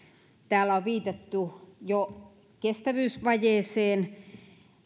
täällä on viitattu jo kestävyysvajeeseen